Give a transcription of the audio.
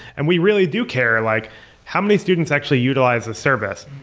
and we really do care. like how many students actually utilize the service?